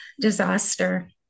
disaster